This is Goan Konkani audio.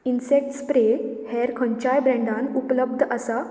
इन्सॅक्ट स्प्रे हेर खंयच्याय ब्रँडान उपलब्द आसा